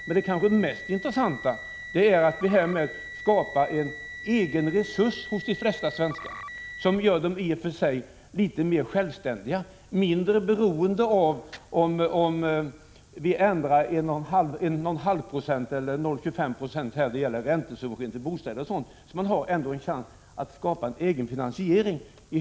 Men det kanske mest intressanta är att vi härmed skapar en egen resurs hos de flesta svenskar som gör dem litet mer självständiga och mindre beroende av om vi ändrar räntan med 0,5 eller 0,25 96 då det gäller subventioner till bostäder. Man har en chans att i högre grad skapa en egen finansiering.